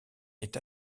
est